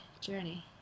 journey